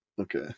Okay